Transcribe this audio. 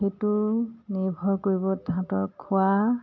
সেইটো নিৰ্ভৰ কৰিব তাহাঁঁতৰ খোৱা